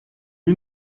you